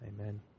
Amen